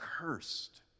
cursed